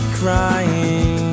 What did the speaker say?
crying